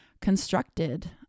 constructed